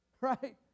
right